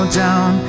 down